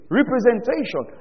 representation